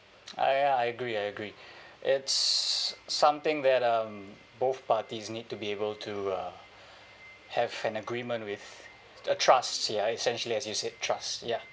ah ya I agree I agree it's something that um both parties need to be able to uh have an agreement with uh trust ya essentially as you said trust ya